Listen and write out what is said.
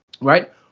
right